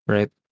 Right